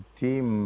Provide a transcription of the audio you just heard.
team